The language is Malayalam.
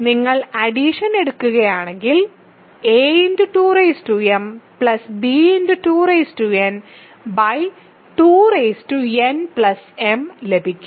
നിങ്ങൾ അഡിഷൻ എടുക്കുകയാണെങ്കിൽ a2mb2n2nm ലഭിക്കും